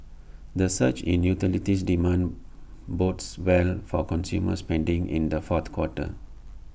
the surge in utilities demand bodes well for consumer spending in the fourth quarter